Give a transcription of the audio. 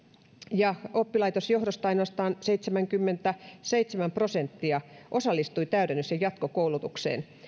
ja oppilaitosjohdosta ainoastaan seitsemänkymmentäseitsemän prosenttia osallistui täydennys ja jatkokoulutukseen